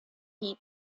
eat